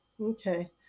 Okay